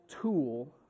tool